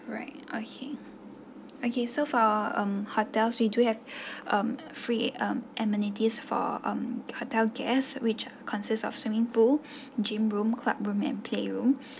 right okay okay so far um hotels we do have um free um amenities for um hotel guests which consists of swimming pool gym room club room and playroom